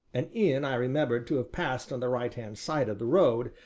an inn i remembered to have passed on the right hand side of the road,